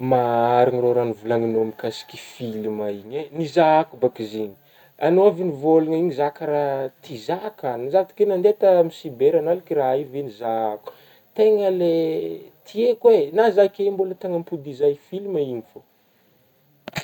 Marina rô raha nivolagninao mikasiky film igny eh, nizahako ba ka izy igny, agnao avy vô nivôlagna igny zah ka raha ty hizaka, zah de keo nandeha taminah cyber nalaka raha io ,avy eo nizahako, tegna le tiako eh, na za keo mbôla tagny impodizagn'ny filma igny fô.